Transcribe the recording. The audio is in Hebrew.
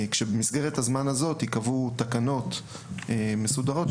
במסגרת הזמן הזאת ייקבעו תקנות מסודרות,